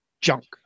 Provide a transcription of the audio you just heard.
junk